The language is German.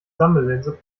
sammellinse